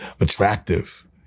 attractive